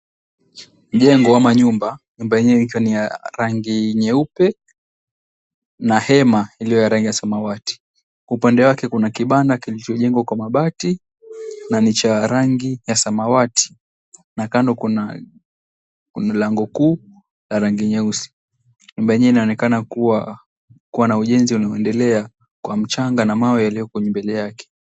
Jengo ama nyumba, nyumba yenyewe ikiwa ni ya rangi nyeupe na hema iliyo ya rangi ya samawati. Kwa upande wake kuna kibanda kilichojengwa kwa mabati na ni cha rangi ya samawati na kando kuna lango kuu la rangi nyeusi. Nyuma yenyewe inaonekana kuwa ujenzi unaendea kwa mchanga na mawe yaliyoko mbele yake.